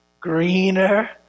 greener